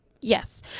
Yes